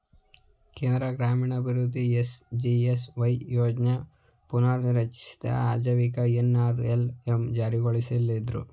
ಕೇಂದ್ರ ಗ್ರಾಮೀಣಾಭಿವೃದ್ಧಿ ಎಸ್.ಜಿ.ಎಸ್.ವೈ ಯೋಜ್ನ ಪುನರ್ರಚಿಸಿ ಆಜೀವಿಕ ಎನ್.ಅರ್.ಎಲ್.ಎಂ ಜಾರಿಗೊಳಿಸಿದ್ರು